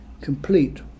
complete